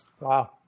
wow